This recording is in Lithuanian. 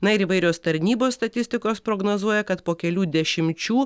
na ir įvairios tarnybos statistikos prognozuoja kad po kelių dešimčių